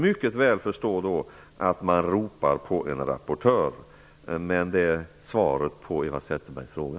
Men detta är svaret på Eva Zetterbergs fråga.